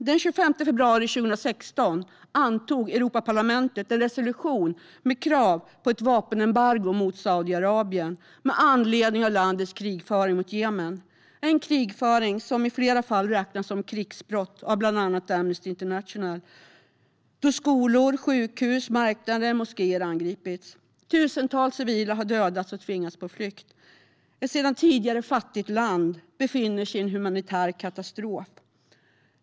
Den 25 februari 2016 antog Europaparlamentet en resolution med krav på ett vapenembargo mot Saudiarabien med anledning av landets krigföring mot Jemen, en krigföring som i flera fall räknas som krigsbrott av bland annat Amnesty International då skolor, sjukhus, marknader och moskéer angripits. Tusentals civila har dödats och tvingats på flykt. Ett sedan tidigare fattigt land befinner sig i en humanitär katastrof.